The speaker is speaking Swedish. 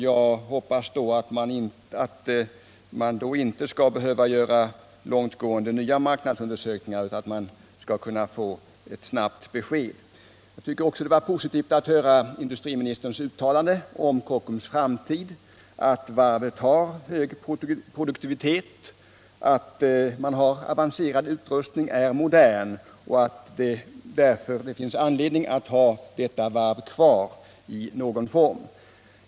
Jag hoppas att man då inte skall behöva göra långtgående nya marknadsundersökningar utan att man skall 23 kunna lämna ett snabbt besked. Jag tycker också att det var positivt att höra industriministerns uttalande om Kockums framtid, att varvet har hög produktivitet och modern och avancerad utrustning och att det sålunda finns anledning att ha varvet kvar i någon form.